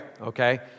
okay